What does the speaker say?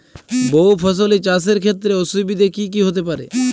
বহু ফসলী চাষ এর ক্ষেত্রে অসুবিধে কী কী হতে পারে?